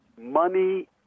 money